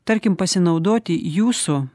tarkim pasinaudoti jūsų